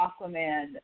Aquaman